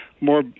more